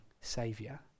saviour